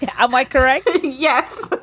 yeah am i correct? yes.